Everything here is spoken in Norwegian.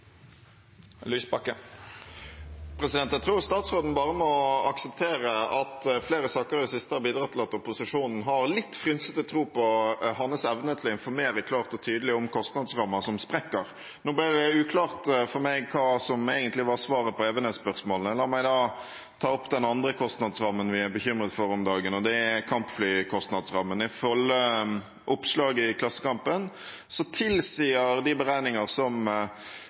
Jeg tror statsråden bare må akseptere at flere saker i det siste har bidratt til at opposisjonen har litt frynsete tro på hans evne til å informere klart og tydelig om kostnadsrammer som sprekker. Nå ble det uklart for meg hva som egentlig var svaret på spørsmålene om Evenes. La meg ta opp den andre kostnadsrammen vi er bekymret for om dagen, og det gjelder kampflyene. Ifølge oppslag i Klassekampen tilsier de beregninger som